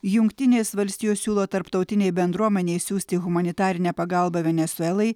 jungtinės valstijos siūlo tarptautinei bendruomenei siųsti humanitarinę pagalbą venesuelai